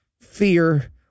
fear